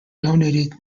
donated